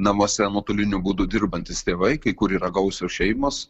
namuose nuotoliniu būdu dirbantys tėvai kai kur yra gausios šeimos